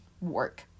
work